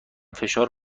فشار